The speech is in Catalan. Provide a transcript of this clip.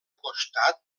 costat